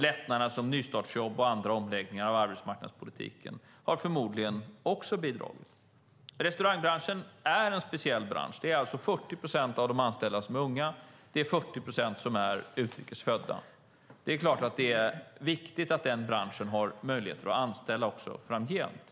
Lättnaderna som nystartsjobb och andra omläggningar av arbetsmarknadspolitiken har förmodligen också bidragit. Restaurangbranschen är en speciell bransch. 40 procent av de anställda är alltså unga, och 40 procent är utrikesfödda. Det är klart att det är viktigt att branschen har möjligheter att anställa också framgent.